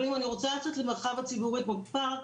אבל אם אני רוצה לצאת למרחב ציבורי כמו פארק,